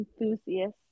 enthusiast